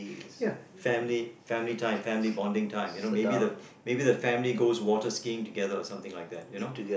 ya family family time family bonding time maybe the maybe the family goes water skiing together or something like that you know